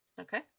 Okay